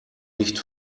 nicht